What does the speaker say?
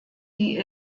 die